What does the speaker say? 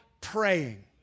praying